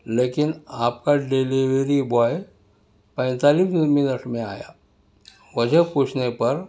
لیکن آپ کا ڈلیوری بوائے پینتالیس منٹ میں آیا وجہ پوچھنے پر